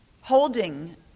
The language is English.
holding